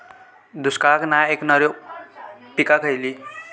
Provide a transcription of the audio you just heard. दुष्काळाक नाय ऐकणार्यो पीका खयली?